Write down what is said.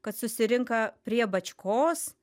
kad susirenka prie bačkos